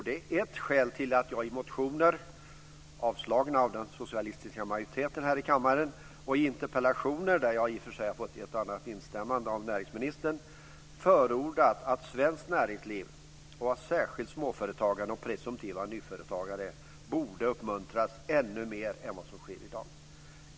Det är ett skäl till att jag i motioner - avslagna av den socialistiska majoriteten i kammaren - och i interpellationer - där jag i och för sig har fått ett och annat instämmande av näringsministern - förordat att svenskt näringsliv, särskilt småföretagande och presumtiva nyföretagare, borde uppmuntras ännu mer än vad som sker i dag.